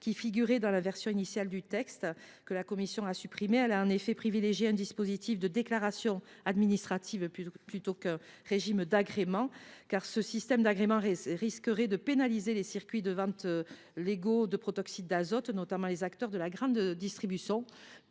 qui figuraient dans la version initiale du texte et que la commission a supprimés. Nous avons privilégié un dispositif de déclaration administrative, plutôt qu’un régime d’agrément. En effet, le système d’agrément risquerait de pénaliser les circuits de vente légaux de protoxyde d’azote, notamment les acteurs de la grande distribution.